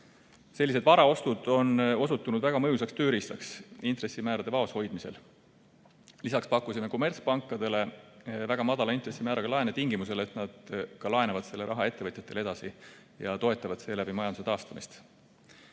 Sellised varaostud on osutunud väga mõjusaks tööriistaks intressimäärade vaoshoidmisel. Lisaks pakkusime kommertspankadele väga madala intressimääraga laene tingimusel, et nad laenavad selle raha ettevõtjatele edasi ja toetavad seeläbi majanduse taastumist.